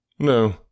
No